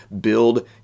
build